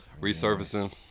Resurfacing